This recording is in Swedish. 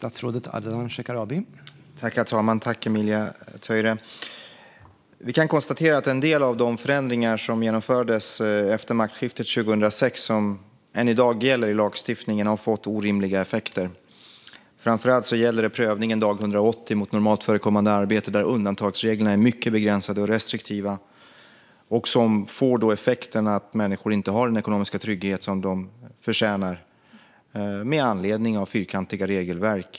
Herr talman! Tack, Emilia Töyrä! Vi kan konstatera att en del av de förändringar som genomfördes efter maktskiftet 2006 och än i dag gäller i lagstiftningen har fått orimliga effekter. Framför allt gäller det prövningen dag 180 mot normalt förekommande arbete, där undantagsreglerna är mycket begränsande och restriktiva. Det får effekten att människor på grund av fyrkantiga regelverk inte har den ekonomiska trygghet som de förtjänar.